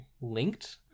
linked